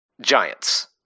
giants